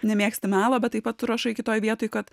nemėgsti melo bet taip pat tu rašai kitoj vietoj kad